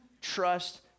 trust